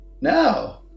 No